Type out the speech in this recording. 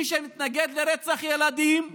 מי שמתנגד לרצח ילדים,